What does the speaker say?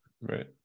right